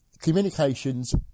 communications